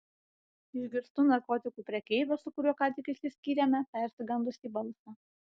išgirstu narkotikų prekeivio su kuriuo ką tik išsiskyrėme persigandusį balsą